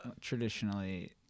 traditionally